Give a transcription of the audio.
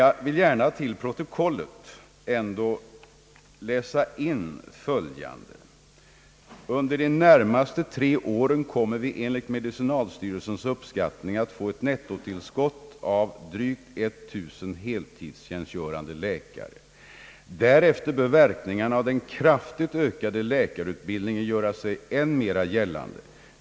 Jag vill gärna till protokollet läsa in följande: >Under de närmaste tre åren kommer vi enligt medicinalstyrelsens uppskattningar att få ett nettotillskott av drygt 1000 heltidstjänstgörande läkare. Därefter bör verkningarna av den kraftigt ökade läkarutbildningen göra sig än mera gällande.